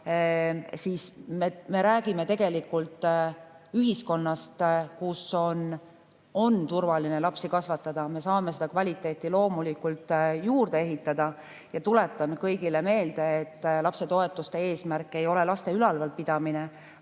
siis me räägime tegelikult ühiskonnast, kus on turvaline lapsi kasvatada. Me saame seda kvaliteeti loomulikult juurde ehitada. Ja tuletan kõigile meelde, et lapsetoetuste eesmärk ei ole laste ülalpidamine,